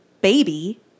baby